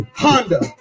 Honda